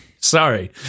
sorry